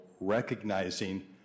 recognizing